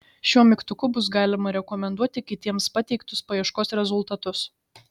šiuo mygtuku bus galima rekomenduoti kitiems pateiktus paieškos rezultatus